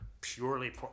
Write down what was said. purely